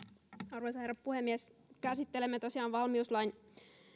arvoisa herra puhemies käsittelemme tosiaan valmiuslain